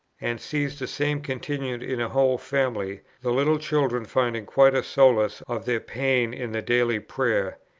and sees the same continued in a whole family, the little children finding quite a solace of their pain in the daily prayer,